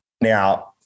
now